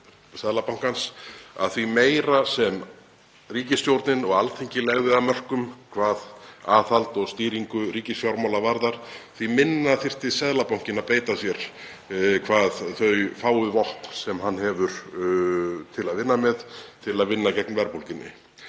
að því meira sem ríkisstjórnin og Alþingi legðu af mörkum hvað aðhald og stýringu ríkisfjármála varðar, því minna þyrfti Seðlabankinn að beita sér hvað þau fáu vopn varðar sem hann hefur til að vinna með gegn verðbólgunni.